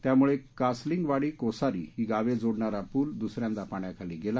त्यामुळे कासलिंगवाडी कोसारी ही गावं जोडणारा पूल द्सऱ्यांदा पाण्याखाली गेला